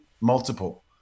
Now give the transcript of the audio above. multiple